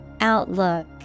Outlook